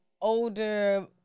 older